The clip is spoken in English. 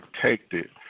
protected